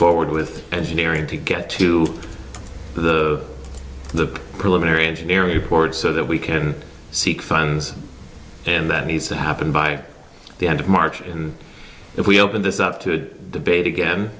forward with engineering to get to the the preliminary engineering report so that we can seek fines and that needs to happen by the end of march and if we open this up to debate again